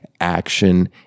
action